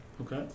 Okay